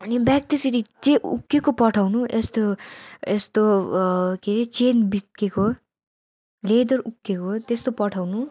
अनि ब्याग त्यसरी चाहिँ उक्किएको पठाउनु यस्तो यस्तो के अरे चेन भित्किएको लेदर उक्किएको त्यस्तो पठाउनु